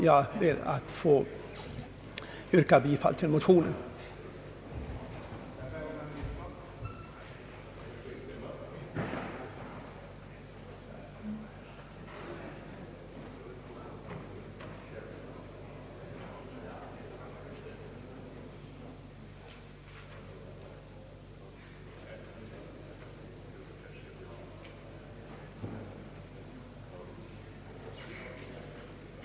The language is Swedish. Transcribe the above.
Jag ber att få yrka bifall till motionerna I: 354 och II: 406.